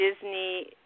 Disney